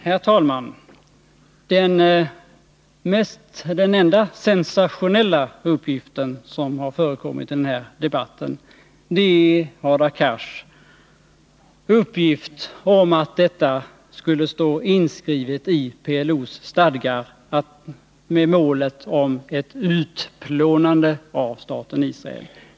Herr talman! Den enda sensationella uppgift som har förekommit i denna debatt är Hadar Cars uppgift att målet ett utplånande av staten Israel skulle stå inskrivet i PLO:s stadgar.